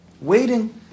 Waiting